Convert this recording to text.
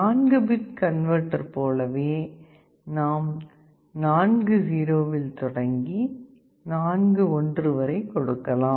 4 bit converter போலவே நாம் 0000 வில் தொடங்கி 1111 வரை கொடுக்கலாம்